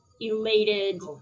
elated